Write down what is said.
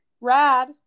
rad